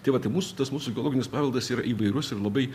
tai va tai mūsų tas mūsų geologinis paveldas yra įvairus ir labai